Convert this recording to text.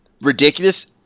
ridiculous